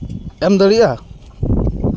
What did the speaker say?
ᱮᱢ ᱫᱟᱲᱮᱭᱟᱜᱼᱟ